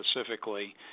specifically